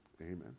Amen